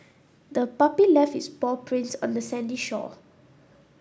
the puppy left its paw prints on the sandy shore